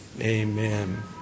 Amen